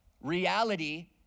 reality